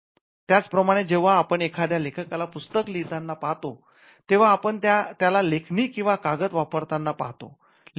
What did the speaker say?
त्याच प्रमाणे जेव्हा आपण एखाद्या लेखकाला पुस्तक लिहितांना पाहतो तेव्हा आपण त्याला लेखणी आणि कागद वापरतांना पाहतो